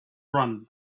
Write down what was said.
run